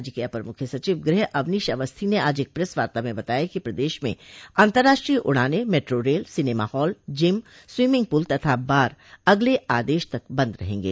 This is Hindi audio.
राज्य के अपर मुख्य सचिव गुह अवनीश अवस्थी ने आज एक प्रेस वार्ता में बताया कि प्रदेश में अन्तर्राष्ट्रीय उड़ाने metro rail cinema hall gym swimming pool तथा बार अगले आदेश तक बंद रहेंगे